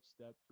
step